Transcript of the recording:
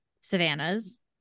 savannas